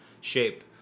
shape